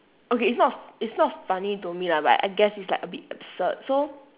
okay it's not it's not funny to me lah but I guess it's like a bit absurd so